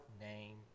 name